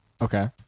Okay